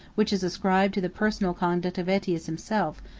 which is ascribed to the personal conduct of aetius himself,